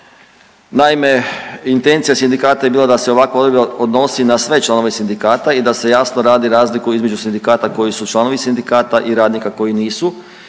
Naime, intencija sindikata je bila da se ovakva odredba odnosi na sve članove sindikata i da se jasno radi razliku između sindikata koji su članovi sindikata i radnika koji nisu